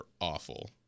awful